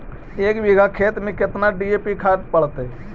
एक बिघा खेत में केतना डी.ए.पी खाद पड़तै?